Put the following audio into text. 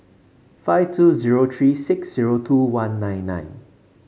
five two zero three six zero two one nine nine